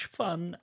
fun